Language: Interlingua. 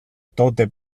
tote